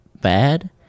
bad